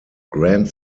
grand